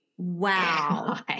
Wow